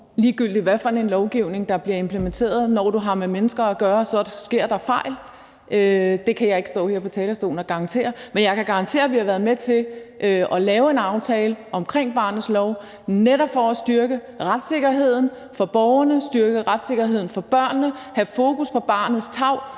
ligegyldigt hvad for en lovgivning der bliver implementeret. Når du har med mennesker at gøre, sker der fejl. Det kan jeg ikke stå her på talerstolen og garantere at der ikke gør. Men jeg kan garantere, at vi har været med til at lave en aftale omkring barnets lov netop for at styrke retssikkerheden for borgerne, styrke retssikkerheden for børnene, have fokus på barnets tarv